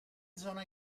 zona